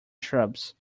shrubs